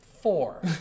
four